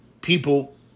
people